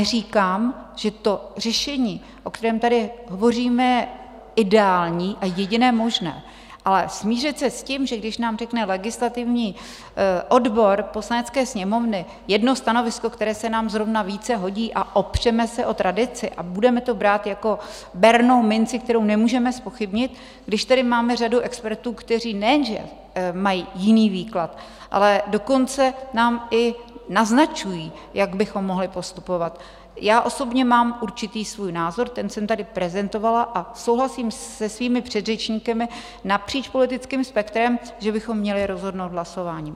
Neříkám, že to řešení, o kterém tady hovoříme, je ideální a jediné možné, ale smířit se s tím, že když nám řekne legislativní odbor Poslanecké sněmovny jedno stanovisko, které se nám zrovna více hodí, a opřeme se o tradici a budeme to brát jako bernou minci, kterou nemůžeme zpochybnit, když tady máme řadu expertů, kteří nejenže mají jiný výklad, ale dokonce nám i naznačují, jak bychom mohli postupovat já osobně mám určitý svůj názor, ten jsem tady prezentovala a souhlasím se svými předřečníky napříč politickým spektrem, že bychom měli rozhodnout hlasováním.